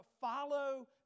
Follow